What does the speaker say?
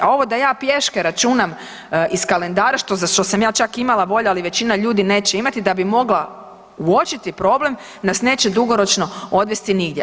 A ovo da ja pješke računam iz kalendara za što sam ja čak imala volje, ali većina ljudi neće imati da bi mogla uočiti problem nas neće dugoročno odvesti nigdje.